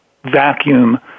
Vacuum